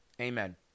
amen